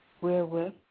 wherewith